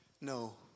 no